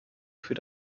für